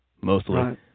mostly